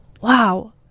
wow